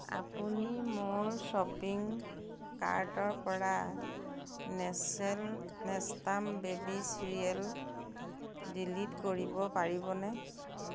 আপুনি মোৰ শ্বপিং কাৰ্টৰপৰা Nestle Nestum baby cereal delete কৰিব পাৰিবনে